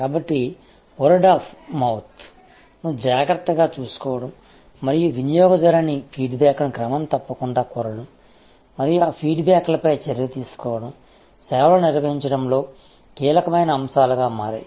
కాబట్టి word of mouth ను జాగ్రత్తగా చూసుకోవడం మరియు వినియోగదారుని ఫీడ్బ్యాక్ను క్రమం తప్పకుండా కోరడం మరియు ఆ ఫీడ్బ్యాక్లపై చర్య తీసుకోవడం సేవలను నిర్వహించడంలో కీలకమైన అంశాలుగా మారాయి